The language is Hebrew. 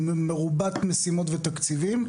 מרובת משימות ותקציבים,